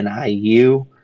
NIU